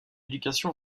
éducation